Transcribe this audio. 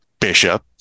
bishop